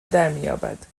درمیابد